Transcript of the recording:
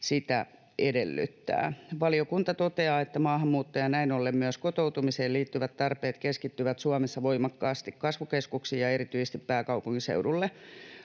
sitä edellyttää. Valiokunta toteaa, että maahanmuutto ja näin ollen myös kotoutumiseen liittyvät tarpeet keskittyvät Suomessa voimakkaasti kasvukeskuksiin ja erityisesti pääkaupunkiseudulle.